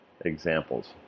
Examples